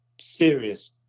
serious